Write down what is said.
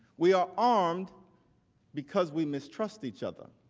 we are armed because we mistrust each other.